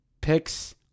picks